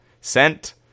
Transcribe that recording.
Sent